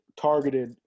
targeted